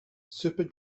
super